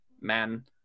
men